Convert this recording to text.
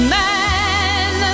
man